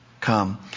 come